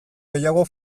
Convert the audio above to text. gehiago